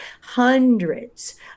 hundreds